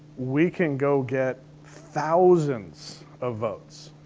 we can go get thousands of votes.